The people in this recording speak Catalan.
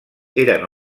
eren